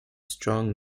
strong